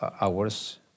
hours